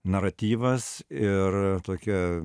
naratyvas ir tokia